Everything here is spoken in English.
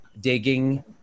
digging